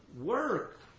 work